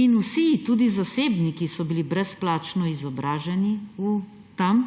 In vsi, tudi zasebniki, so bili brezplačno izobraženi tam,